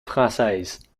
françaises